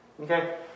Okay